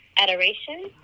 Adoration